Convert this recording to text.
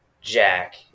jack